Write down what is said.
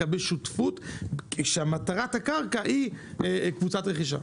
בשותפות אם מטרת הקרקע היא קבוצת רכישה.